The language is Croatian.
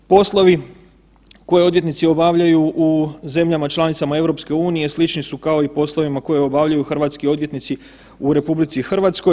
Poslovi koje odvjetnici obavljaju u zemljama članicama EU slični su kao i u poslovima koje obavljaju hrvatski odvjetnici u RH.